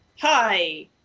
hi